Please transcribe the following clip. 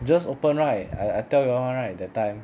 just open right I I tell you [one] right at that time